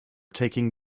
taking